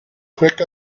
quick